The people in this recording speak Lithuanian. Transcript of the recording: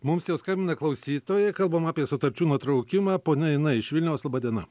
mums jau skambina klausytojai kalbam apie sutarčių nutraukimą ponia ina iš vilniaus laba diena